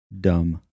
Dumb